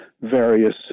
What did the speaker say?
various